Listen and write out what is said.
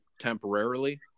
temporarily